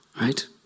Right